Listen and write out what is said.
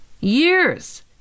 Years